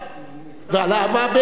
והלהבה,